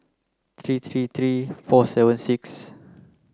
three three three four seven six